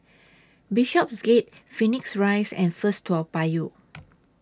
Bishopsgate Phoenix Rise and First Toa Payoh